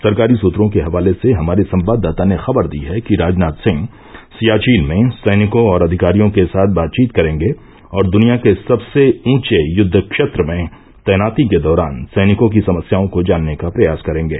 सरकारी सूत्रों के हवाले से हमारे संवाददाता ने खबर दी है कि राजनाथ सिंह सियाचिन में सैनिकों और अधिकारियों के साथ बातचीत करेंगे और दुनिया के सबसे ऊंचे युद्व क्षेत्र में तैनाती के दौरान सैनिकों की समस्याओं को जानने का प्रयास करेंगे